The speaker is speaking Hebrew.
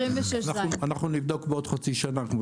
בבקשה.